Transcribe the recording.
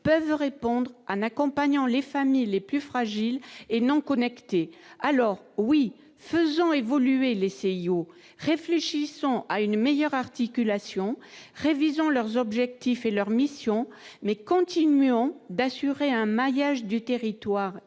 peuvent répondre en accompagnant les familles les plus fragiles et non connectées. Alors, oui, faisons évoluer les CIO ! Réfléchissons à une meilleure articulation, révisons leurs objectifs et leurs missions, mais continuons d'assurer un maillage du territoire